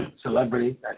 celebrity